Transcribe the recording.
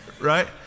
right